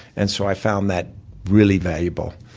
and so i found that really valuable.